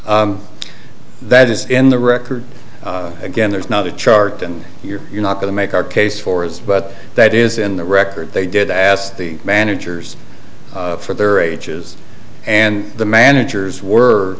t that is in the record again there's not a chart and you're not going to make our case for us but that is in the record they did ask the managers for their ages and the managers were